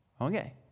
Okay